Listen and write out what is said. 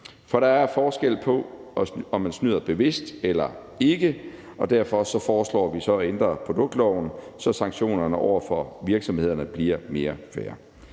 For der er forskel på, om man snyder bevidst eller ikke, og derfor foreslår vi at ændre produktloven, så sanktionerne over for virksomhederne bliver mere fair.